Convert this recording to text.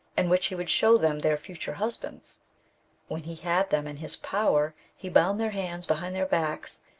in which he would show them their future husbands when he had them in his power he bound their hands behind their backs,